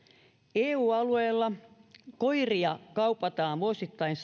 eu alueella koiria kaupataan vuosittain